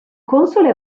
console